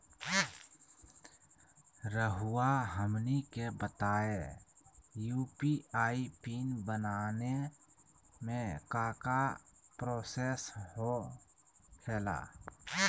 रहुआ हमनी के बताएं यू.पी.आई पिन बनाने में काका प्रोसेस हो खेला?